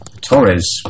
Torres